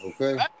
Okay